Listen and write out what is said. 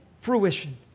fruition